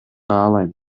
каалайм